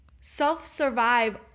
self-survive